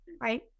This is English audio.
Right